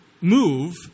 move